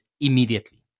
immediately